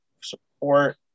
support